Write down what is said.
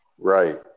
Right